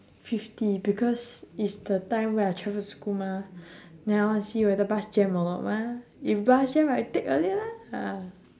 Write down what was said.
fifty because it's the time where I travel to school mah then I want see whether bus jam or not mah if bus jam I take earlier lah